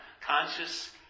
Conscious